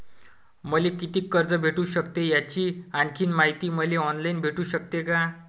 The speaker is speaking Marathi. मले कितीक कर्ज भेटू सकते, याची आणखीन मायती मले ऑनलाईन भेटू सकते का?